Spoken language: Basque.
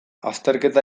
azterketa